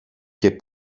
και